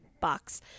box